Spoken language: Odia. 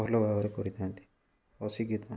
ଭଲ ଭାବରେ କରିଥାନ୍ତି ଅଶିକ୍ଷିତ